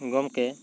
ᱜᱚᱢᱠᱮ